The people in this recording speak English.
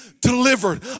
delivered